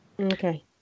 Okay